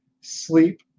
sleep